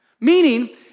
Meaning